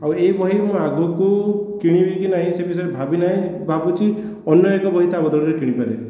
ଆଉ ଏହି ବହି ମୁଁ ଆଗକୁ କିଣିବିକି ନାହିଁ ସେ ବିଷୟରେ ଭାବି ନାହିଁ ଭାବୁଛି ଅନ୍ୟ ଏକ ବହି ତା ବଦଳରେ କିଣିପାରେ